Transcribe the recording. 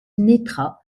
netra